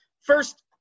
first